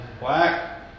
black